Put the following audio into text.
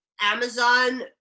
Amazon